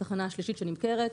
התחנה השלישית שנמכרת,